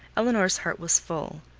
elinor's heart was full.